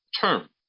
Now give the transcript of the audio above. term